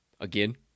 Again